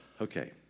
Okay